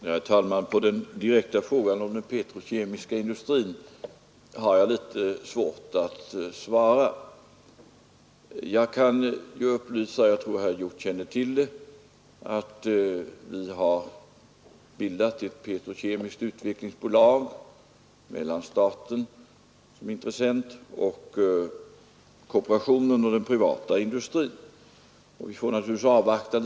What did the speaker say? Herr talman! Jag har litet svårt att svara på den direkta frågan om den petrokemiska industrin. Jag tror att herr Hjorth känner till att vi bildat ett petrokemiskt utvecklingsbolag med staten, kooperationen och den privata industrin som intressenter.